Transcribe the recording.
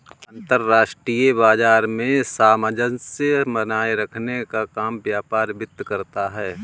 अंतर्राष्ट्रीय बाजार में सामंजस्य बनाये रखने का काम व्यापार वित्त करता है